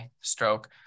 stroke